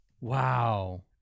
Wow